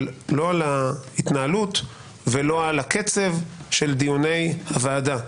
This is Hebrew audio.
על ההתנהלות ולא על הקצב של דיוני הוועדה.